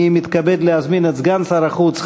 אני מתכבד להזמין את סגן שר החוץ,